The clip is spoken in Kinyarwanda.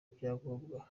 ibyangombwa